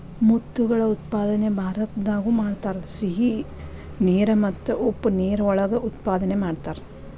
ಮುತ್ತುಗಳ ಉತ್ಪಾದನೆ ಭಾರತದಾಗು ಮಾಡತಾರ, ಸಿಹಿ ನೇರ ಮತ್ತ ಉಪ್ಪ ನೇರ ಒಳಗ ಉತ್ಪಾದನೆ ಮಾಡತಾರ